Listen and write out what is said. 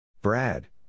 Brad